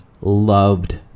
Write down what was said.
loved